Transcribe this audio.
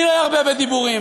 אני לא ארבה בדיבורים.